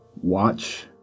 watch